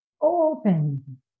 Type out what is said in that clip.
open